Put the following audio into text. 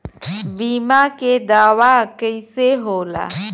बीमा के दावा कईसे होला?